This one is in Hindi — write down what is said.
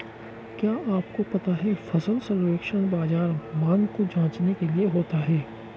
क्या आपको पता है फसल सर्वेक्षण बाज़ार मांग को जांचने के लिए होता है?